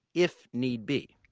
if need be.